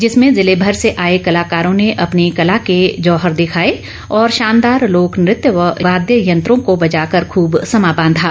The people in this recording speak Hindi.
जिसमें जिले भर से आए कलाकारों ने अपनी कला के जौहर दिखाए और शानदार लोक नृत्य व वाद्य यंत्रों को बजाकर खब समां बांधा